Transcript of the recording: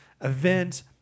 event